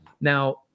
Now